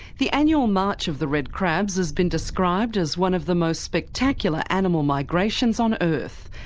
the annual march of the red crabs has been described as one of the most spectacular animal migrations on earth.